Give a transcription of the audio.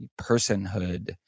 personhood